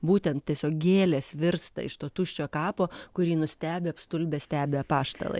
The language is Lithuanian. būtent tiesiog gėlės virsta iš to tuščio kapo kurį nustebę apstulbę stebi apaštalai